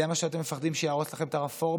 זה מה שאתם מפחדים שיהרוס לכם את הרפורמה?